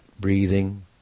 breathing